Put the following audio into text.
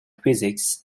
physics